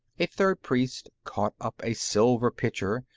a third priest caught up a silver pitcher,